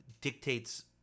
dictates